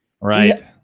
right